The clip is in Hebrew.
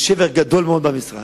יש שבר גדול מאוד במשרד.